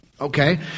okay